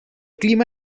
clima